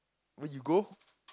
where you go